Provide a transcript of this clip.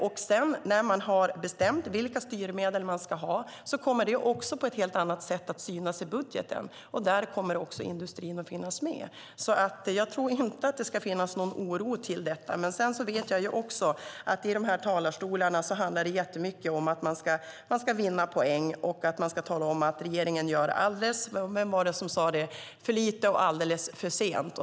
När man sedan har bestämt vilka styrmedel man ska ha kommer det också på ett helt annat sätt att synas i budgeten, och där kommer också industrin att finnas med. Jag tror därför inte att det ska finnas någon anledning till oro. Jag vet dock att i de här talarstolarna handlar det jättemycket om att man ska vinna poäng. Man ska tala om att regeringen gör för lite och för sent.